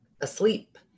asleep